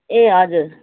ए हजुर